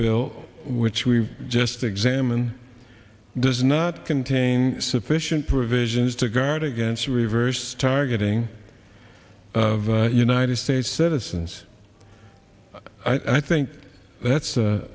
bill which we just examine does not contain sufficient provisions to guard against reverse targeting of united states citizens i think that's